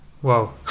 whoa